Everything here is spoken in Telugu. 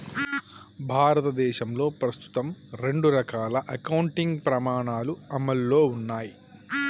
భారతదేశంలో ప్రస్తుతం రెండు రకాల అకౌంటింగ్ ప్రమాణాలు అమల్లో ఉన్నయ్